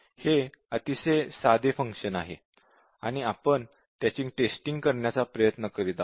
हे अतिशय साधे फंक्शन आहे आणि आपण त्याची टेस्टिंग करण्याचा प्रयत्न करीत आहोत